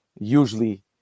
usually